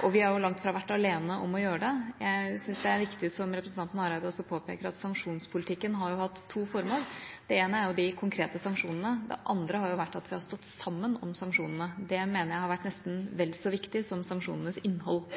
Og vi har langt fra vært alene om å gjøre det. Jeg syns det er viktig, som representanten Hareide også påpeker, at sanksjonspolitikken har hatt to formål. Det ene er de konkrete sanksjonene, det andre har vært at vi har stått sammen om sanksjonene. Det mener jeg har vært nesten vel så viktig som sanksjonenes innhold.